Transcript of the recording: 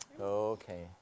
Okay